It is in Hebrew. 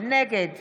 נגד